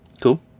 cool